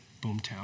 Boomtown